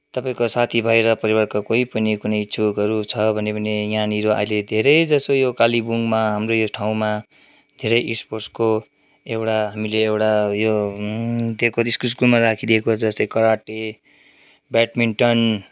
तपाईँको साथीभाइ र परिवारका कोही पनि कुनै इच्छुकहरू छ भने पनि यहाँनिर अहिले धेरै जसो यो कालेबुङमा हाम्रो यो ठाँउमा धेरै स्पोर्टसको एउटा हामीले एउटा उयो स्कुलमा राखिदिएको जस्तै कराटे ब्याडमिन्टन